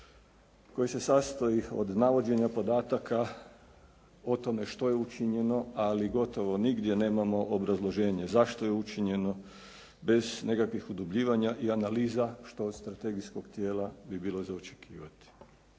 koje se sastoji od navođenja podataka o tome što je učinjeno, ali gotovo nigdje nemamo obrazloženje zašto je učinjeno bez nekakvih udubljivanja i analiza što od strategijskog tijela bi bilo i za očekivati.